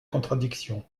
contradiction